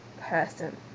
person